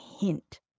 hint